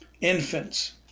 infants